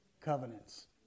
covenants